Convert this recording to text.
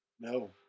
No